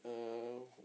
err